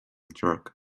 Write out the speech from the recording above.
truck